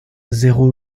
zéro